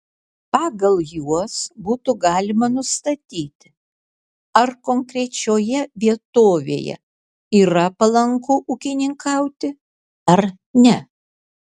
pagal juos būtų galima nustatyti ar konkrečioje vietovėje yra palanku ūkininkauti ar ne